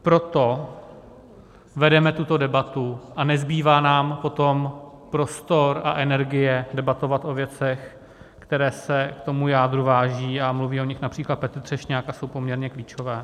Proto vedeme tuto debatu a nezbývá nám potom prostor a energie debatovat o věcech, které se k tomu jádru vážou, a mluví o nich například Petr Třešňák a jsou poměrně klíčové.